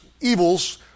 evils